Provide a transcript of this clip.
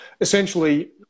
Essentially